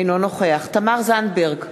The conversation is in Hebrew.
אינו נוכח תמר זנדברג,